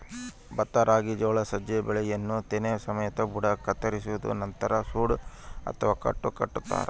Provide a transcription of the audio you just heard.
ಭತ್ತ ರಾಗಿ ಜೋಳ ಸಜ್ಜೆ ಬೆಳೆಯನ್ನು ತೆನೆ ಸಮೇತ ಬುಡ ಕತ್ತರಿಸೋದು ನಂತರ ಸೂಡು ಅಥವಾ ಕಟ್ಟು ಕಟ್ಟುತಾರ